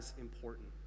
important